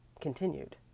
continued